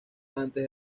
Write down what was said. antes